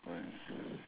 I think that one ah